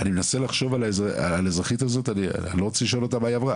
אני חושב על האזרחית הזאת ואני אפילו לא רוצה לשאול אותה מה היא עברה.